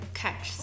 catch